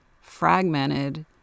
fragmented